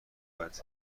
وارد